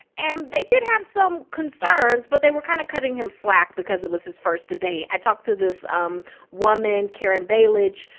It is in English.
and they did have some concerns, but they were kind of cutting him slack because it was his first debate i talked to this um woman karen balich,